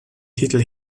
titel